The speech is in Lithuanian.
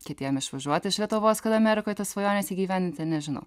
kitiem išvažiuoti iš lietuvos kad amerikoj tas svajones įgyvendinti nežinau